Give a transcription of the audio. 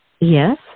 Yes